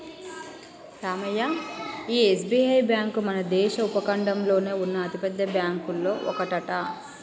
రామయ్య ఈ SBI bank మన భారత ఉపఖండంలోనే ఉన్న అతిపెద్ద బ్యాంకులో ఒకటట